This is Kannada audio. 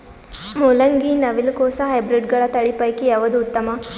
ಮೊಲಂಗಿ, ನವಿಲು ಕೊಸ ಹೈಬ್ರಿಡ್ಗಳ ತಳಿ ಪೈಕಿ ಯಾವದು ಉತ್ತಮ?